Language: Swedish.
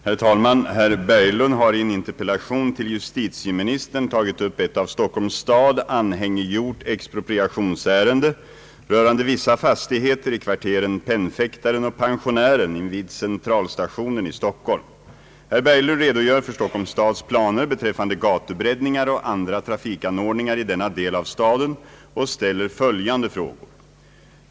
Herr talman! Herr Berglund har i en interpellation till justitieministern tagit upp ett av Stockholms stad anhängiggjort expropriationsärende rörande vissa fastigheter i kvarteren Pennfäktaren och Pensionären invid Centralstationen i Stockholm. Herr Berglund redogör för Stockholms stads planer beträffande gatubreddningar och andra trafikanordningar i denna del av staden och ställer följande frågor: 1.